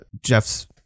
Jeff's